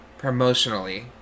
promotionally